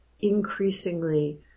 increasingly